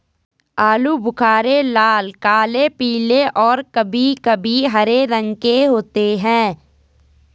आलू बुख़ारे लाल, काले, पीले और कभी कभी हरे रंग के होते हैं